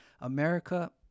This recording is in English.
America